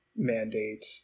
Mandate